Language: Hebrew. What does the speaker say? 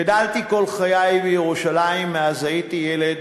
גדלתי כל חיי, מאז הייתי ילד,